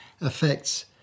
affects